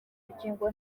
rukingo